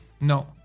No